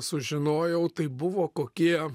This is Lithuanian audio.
sužinojau tai buvo kokie